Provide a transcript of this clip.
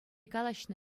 калаҫнӑ